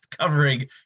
covering